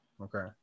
Okay